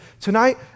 Tonight